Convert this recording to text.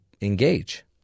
engage